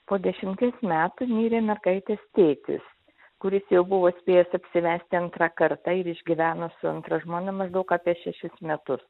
po dešimties metų mirė mergaitės tėtis kuris jau buvo spėjęs apsivesti antrą kartą ir išgyveno su antra žmona maždaug apie šešis metus